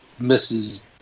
Mrs